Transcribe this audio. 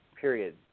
period